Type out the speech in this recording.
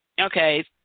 okay